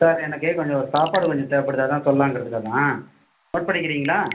sir எனக்கு கொஞ்சம் சாப்பாடு கொஞ்சம் தேவைப்படுது அதுதான் சொல்லாங்கிறதுக்காக தான் நோட் பண்ணிக்கிறீங்களா